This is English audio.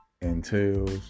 entails